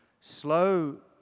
slow